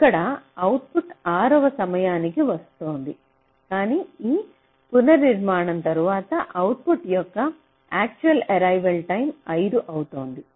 ఇక్కడ అవుట్పుట్ 6 వ సమయానికి వస్తోంది కానీ ఈ పునర్నిర్మాణం తరువాత అవుట్పుట్ యొక్క యాక్చువల్ ఏరైవల్ టైం 5 అవుతోంది